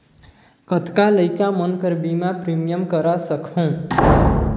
कतना लइका मन कर बीमा प्रीमियम करा सकहुं?